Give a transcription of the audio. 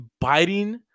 biting